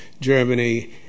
Germany